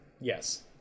Yes